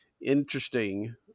interesting